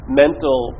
mental